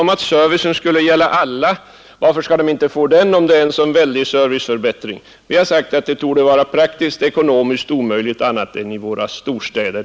Varför skulle inte alla få denna service, om det nu är fråga om en så fin serviceförbättring? frågar herr Pettersson. Vi har sagt att det torde vara praktiskt ekonomiskt omöjligt annat än i våra storstäder.